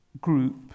group